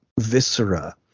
viscera